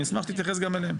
אני אשמח שתתייחס גם אליהם.